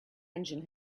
engine